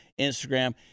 Instagram